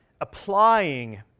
applying